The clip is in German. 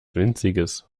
winziges